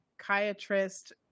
psychiatrist